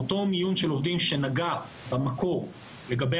אותו מיון של עובדים שנגע במקור לגבי